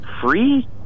free